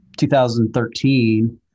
2013